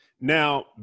Now